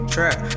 Trap